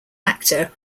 actor